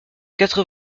quatre